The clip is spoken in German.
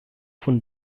von